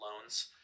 loans